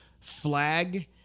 flag